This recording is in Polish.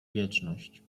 wieczność